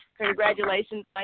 Congratulations